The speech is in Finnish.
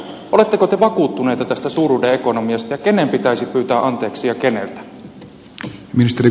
oletteko te vakuuttunut tästä suuruuden ekonomiasta ja kenen pitäisi pyytää anteeksi ja keneltä